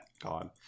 God